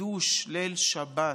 קידוש ליל שבת,